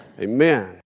Amen